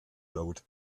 laut